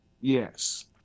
Yes